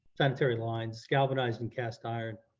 sanitary lines galvanized and cast iron.